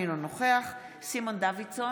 אינו נוכח סימון דוידסון,